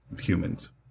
humans